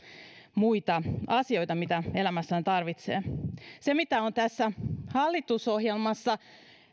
muita asioita mitä elämässä tarvitsee se mitä on tässä hallitusohjelmassa